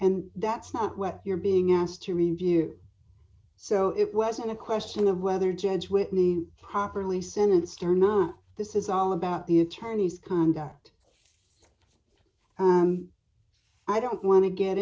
and that's not what you're being asked to review so it wasn't a question of whether judge whitney properly senate stern not this is all about the attorney's conduct i don't want to get